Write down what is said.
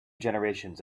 generations